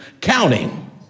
counting